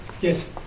Yes